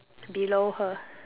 below her